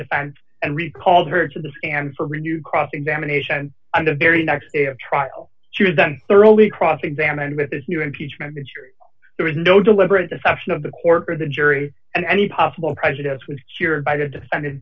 defense and recalls her to the stand for a new cross examination and the very next day of trial she was done thoroughly cross examined by this new impeachment material there was no deliberate deception of the court or the jury and any possible prejudice was cured by the defendant